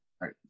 right